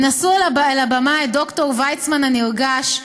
הם נשאו על הבמה את ד"ר ויצמן הנרגש,